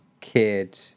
kid